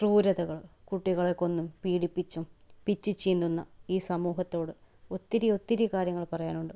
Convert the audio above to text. ക്രൂരതകൾ കുട്ടികളെ കൊന്നും പീഡിപ്പിച്ചും പിച്ചി ചീന്തുന്ന ഈ സമൂഹത്തോട് ഒത്തിരി ഒത്തിരി കാര്യങ്ങൾ പറയാനുണ്ട്